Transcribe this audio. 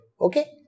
Okay